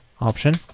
option